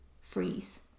freeze